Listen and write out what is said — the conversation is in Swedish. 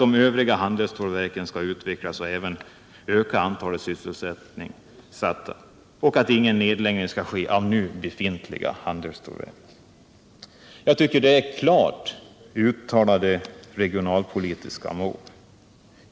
De övriga handelsstålverken skall utvecklas och även öka antalet sysselsatta, och ingen nedläggning skall ske av nu befintliga handelsstålverk. Jag tycker det är klart uttalade regionalpolitiska mål.